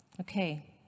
Okay